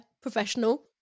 professional